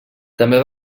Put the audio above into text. també